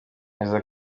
bivuze